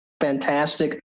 fantastic